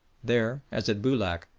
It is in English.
there, as at boulac,